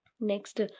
Next